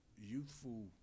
youthful